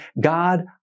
God